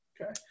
Okay